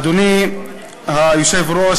אדוני היושב-ראש,